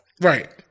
right